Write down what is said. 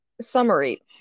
summary